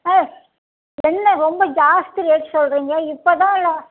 ஏ என்ன ரொம்ப ஜாஸ்தி ரேட் சொல்கிறீங்க இப்போதான் நான்